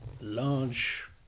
large